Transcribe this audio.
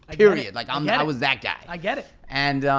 period. like um yeah i was that guy. i get it, and